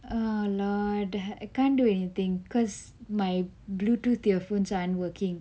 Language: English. ah lord I can't do anything cause my bluetooth earphones aren't working